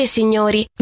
Signori